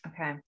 Okay